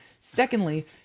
Secondly